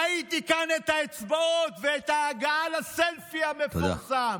ראיתי כאן את האצבעות ואת ההגעה לסלפי המפורסם.